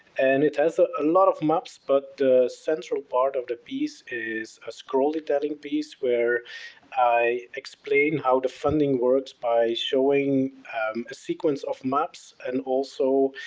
and it has ah a lot of maps but the central part of the piece is a scrollytelling piece where i explain how the funding works by showing a sequence of maps and also